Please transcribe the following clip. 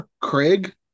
Craig